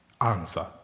answer